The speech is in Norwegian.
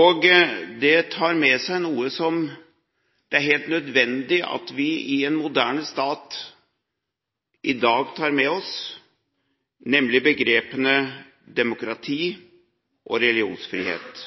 og det tar med seg noe som det er helt nødvendig at vi i en moderne stat i dag tar med oss, nemlig begrepene «demokrati» og «religionsfrihet».